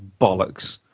bollocks